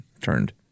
turned